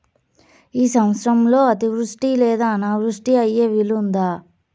ఈ సంవత్సరంలో అతివృష్టి లేదా అనావృష్టి అయ్యే వీలుందా?